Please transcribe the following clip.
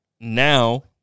now